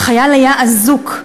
החייל היה אזוק.